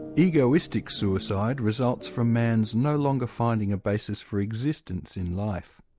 egoistic suicide results from man's no longer finding a basis for existence in life.